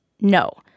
No